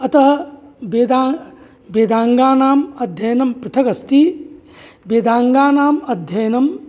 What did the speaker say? अतः वेदाः वेदाङ्गानाम् अध्ययनं पृथगस्ति वेदाङ्गानाम् अध्ययनम्